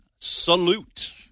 salute